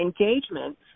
engagement